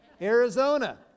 Arizona